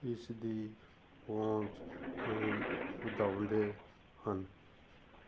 ਇਸ ਦੀ ਪਹੁੰਚ ਨੂੰ ਵਧਾਉਂਦੇ ਹਨ